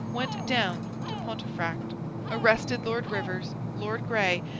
went down to pontefract arrested lord rivers, lord gray,